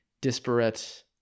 disparate